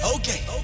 Okay